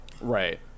right